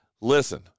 Listen